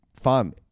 fun